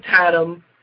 Tatum